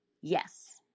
Yes